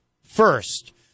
First